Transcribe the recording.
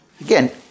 Again